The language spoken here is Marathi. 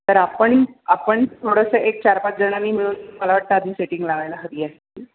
तर आपण आपण थोडंसं एक चार पाच जणांनी मिळून मला वाटतं आधी सेटिंग लावायला हवी आहे